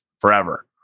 forever